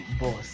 boss